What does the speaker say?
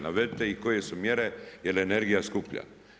Navedite ih koje su mjere jer je energija skuplja.